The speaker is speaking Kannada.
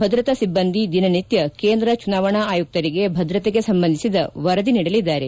ಭದ್ರತಾ ಸಿಬ್ಬಂದಿ ದಿನನಿತ್ಯ ಕೇಂದ್ರ ಚುನಾವಣಾ ಆಯುಕ್ತರಿಗೆ ಭದ್ರತೆಗೆ ಸಂಬಂಧಿಸಿದ ವರದಿ ನೀಡಲಿದ್ದಾರೆ